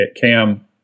Cam